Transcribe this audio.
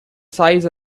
size